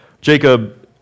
Jacob